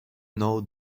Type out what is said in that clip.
know